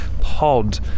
pod